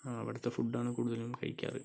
അവിടുത്തെ ഫുഡ് ആണ് കൂടുതലും കഴിക്കാറ്